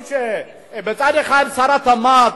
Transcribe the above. מצד אחד, שר התמ"ת,